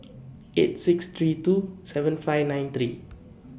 eight six three two seven five nine three